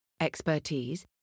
expertise